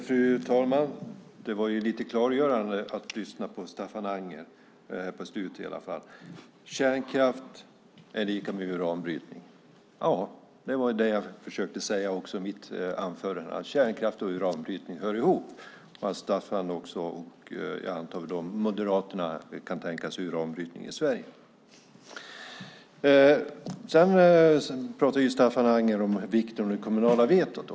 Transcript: Fru talman! Det var lite klargörande att här på slutet lyssna på Staffan Anger: Kärnkraft är lika med uranbrytning. Ja, det var det jag försökte säga i mitt anförande, nämligen att kärnkraft och uranbrytning hör ihop och att Staffan Anger och, antar jag, Moderaterna kan tänka sig uranbrytning i Sverige. Staffan Anger pratar om vikten av det kommunala vetot.